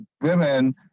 women